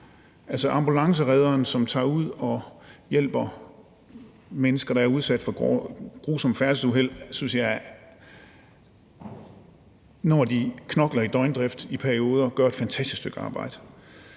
ambulanceredderne, som tager ud og hjælper mennesker, der har været udsat for et grusomt færdselsuheld, knokler i døgndrift i perioder, synes jeg de gør et fantastisk stykke arbejde.